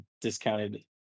discounted